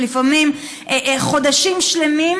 לפעמים חודשים שלמים,